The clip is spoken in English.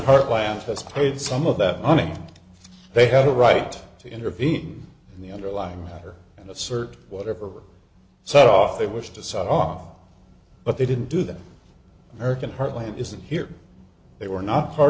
heartland has paid some of that money they have the right to intervene in the underlying matter and assert whatever set off they wish to saw but they didn't do that american heartland isn't here they were not part